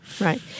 right